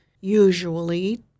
usually